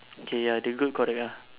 okay ya the goat correct ah